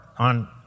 on